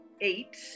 eight